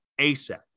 ASAP